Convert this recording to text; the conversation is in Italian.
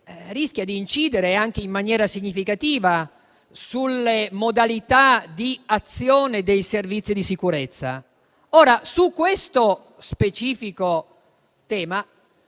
rischia di incidere anche in maniera significativa sulle modalità di azione dei Servizi di sicurezza. Su questo specifico tema